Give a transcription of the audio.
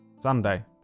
Sunday